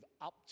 up